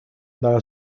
dalla